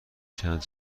چند